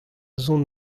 zont